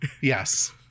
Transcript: Yes